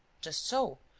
just so.